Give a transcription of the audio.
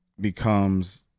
becomes